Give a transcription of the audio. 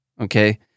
Okay